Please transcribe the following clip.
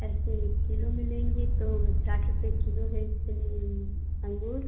ऐसे किलो में लेंगी तो साठ रुपये किलो है इसके लिए अंगूर